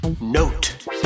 note